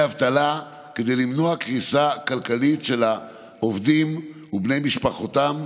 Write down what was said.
אבטלה כדי למנוע קריסה כלכלית של העובדים ובני משפחותיהם,